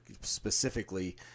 specifically